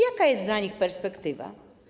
Jaka jest dla nich perspektywa?